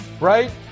right